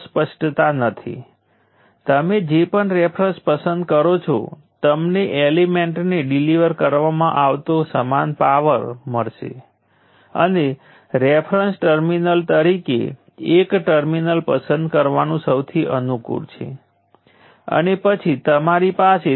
હંમેશની જેમ જો તમે એનર્જીની ગણતરી કરવા માંગો છો તો તમે ઇચ્છો તે ઈન્ટરવલ ઉપર સમય જતાં પાવરને સંકલન કરી શકો છો પરંતુ આપણે જાણીએ છીએ કે તે કરવા માટે એક સરળ રીત છે